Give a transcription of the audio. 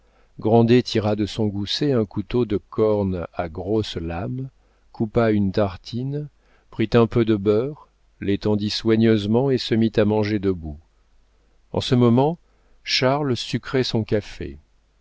grandet tira de son gousset un couteau de corne à grosse lame coupa une tartine prit un peu de beurre l'étendit soigneusement et se mit à manger debout en ce moment charles sucrait son café